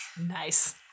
nice